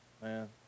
Man